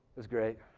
it's great.